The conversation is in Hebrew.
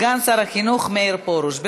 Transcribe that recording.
החינוך מאיר פרוש.